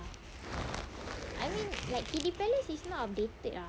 ya I mean like kiddy palace is not updated ah